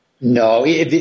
No